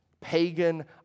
Pagan